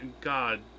God